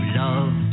love